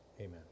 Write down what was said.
Amen